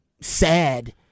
sad